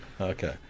Okay